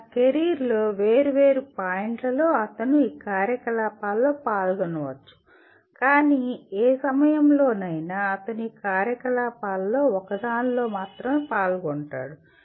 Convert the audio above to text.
తన కెరీర్లో వేర్వేరు పాయింట్లలో అతను ఈ కార్యకలాపాల్లో పాల్గొనవచ్చు కానీ ఏ సమయంలోనైనా అతను ఈ కార్యకలాపాలలో ఒకదానిలో పాల్గొంటాడు